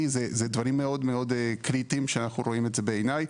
זה דברים מאוד מאוד קריטיים שאנחנו רואים בעיניי.